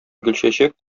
гөлчәчәк